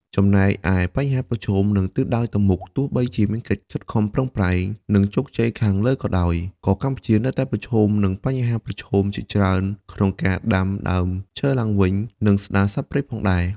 ចំណែកឯបញ្ហាប្រឈម និងទិសដៅទៅមុខទោះបីជាមានកិច្ចខិតខំប្រឹងប្រែង និងជោគជ័យខាងលើក៏ដោយ ក៏កម្ពុជានៅតែប្រឈមនឹងបញ្ហាប្រឈមជាច្រើនក្នុងការដាំដើមឈើឡើងវិញ និងស្ដារសត្វព្រៃផងដែរ។